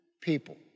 people